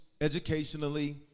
educationally